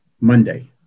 Monday